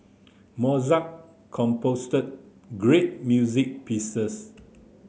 Mozart composed great music pieces